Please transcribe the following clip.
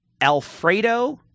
Alfredo